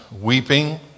weeping